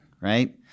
right